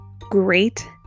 great